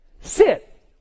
sit